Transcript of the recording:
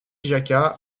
jacquat